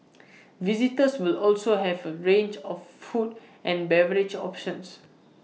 visitors will also have A range of food and beverage options